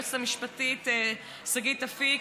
וליועצת המשפטית שגית אפיק,